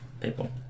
people